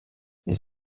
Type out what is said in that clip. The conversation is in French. les